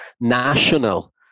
national